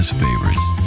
favorites